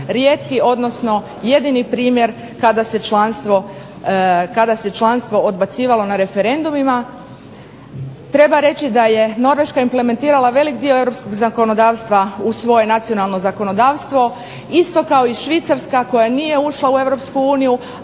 rijetki, odnosno jedini primjer kada se članstvo odbacivalo na referendumima. Treba reći da je Norveška implementirala velik dio europskog zakonodavstva u svoje nacionalno zakonodavstvo isto kao i Švicarska koja nije ušla u EU,